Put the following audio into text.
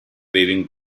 waving